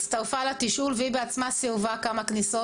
הצטרפה לתשאול והיא בעצמה סירבה כמה כניסות.